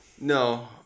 No